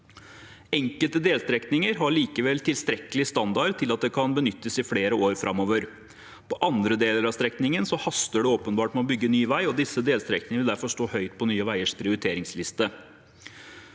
Enkelte delstrekninger har likevel tilstrekkelig standard til at de kan benyttes i flere år framover. På andre deler av strekningen haster det åpenbart å bygge ny vei, og disse delstrekningene vil derfor stå høyt på Nye veiers prioriteringsliste.